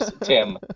Tim